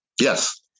Yes